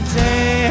day